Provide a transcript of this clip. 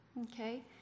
okay